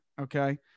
okay